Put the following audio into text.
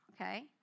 Okay